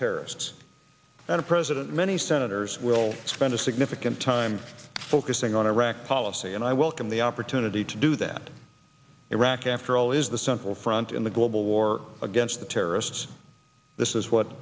terrorists and a president many senators will spend a significant time focusing on iraq policy and i welcome the opportunity to do that iraq after all is the central front in the global war against the terrorists this is what